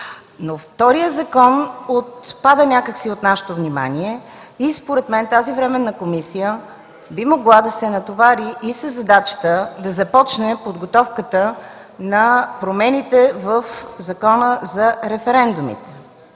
Вторият закон обаче отпада някак си от нашето внимание и според мен временната комисия би могла да се натовари и със задачата да започне подготовката на промените в Закона за референдумите